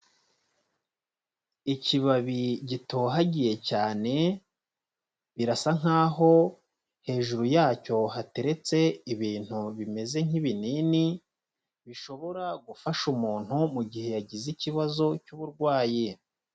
Ikibabi gitohagiye cyane birasa nk'aho hejuru yacyo hateretse ibintu bimeze nk'ibinini bishobora gufasha umuntu mu gihe yagize ikibazo cy'uburwayi.